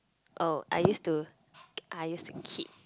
oh I used to I used to keep